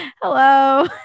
hello